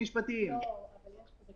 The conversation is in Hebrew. אנחנו עכשיו עושים.